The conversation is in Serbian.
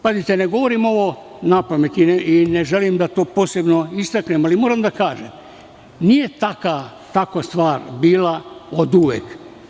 Pazite, ne govorim ovo napamet i ne želim da to posebno istaknem, ali moram da kažem - nije takva stvar bila oduvek.